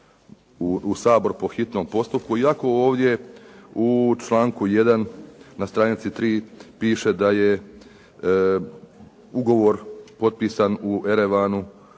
u Sabor po hitnom postupku, iako ovdje u članku 1. na stranici 3 piše da je ugovor potpisan u Erevanu